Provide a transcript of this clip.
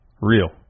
Real